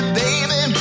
baby